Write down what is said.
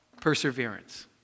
Perseverance